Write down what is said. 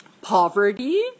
poverty